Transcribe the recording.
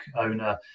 owner